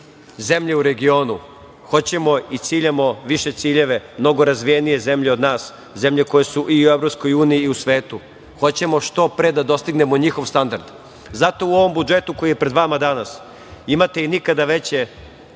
zemlje u regionu. Hoćemo i ciljamo više ciljeve, mnogo razvijenije zemlje od nas, zemlje koje su i u EU i u svetu. Hoćemo što pre da dostignemo njihov standard. Zato u ovom budžetu koji je pred vama danas imate i nikada veća